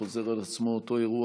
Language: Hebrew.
חוזר על עצמו אותו אירוע,